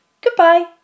goodbye